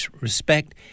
respect